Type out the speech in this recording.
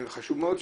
חשוב מאוד,